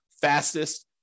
fastest